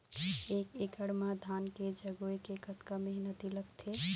एक एकड़ म धान के जगोए के कतका मेहनती लगथे?